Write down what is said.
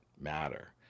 matter